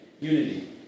unity